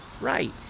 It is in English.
Right